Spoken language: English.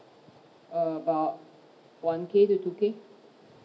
err about one K to two K